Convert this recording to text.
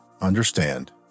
understand